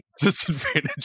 Disadvantage